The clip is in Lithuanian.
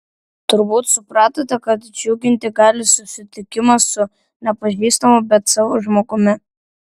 turbūt supratote kad džiuginti gali susitikimas su nepažįstamu bet savu žmogumi